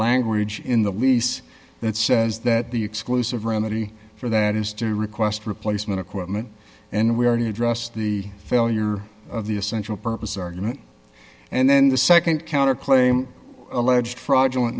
language in the lease that says that the exclusive remedy for that is to request replacement equipment and we are to address the failure of the essential purpose argument and then the nd counter claim alleged fraudulent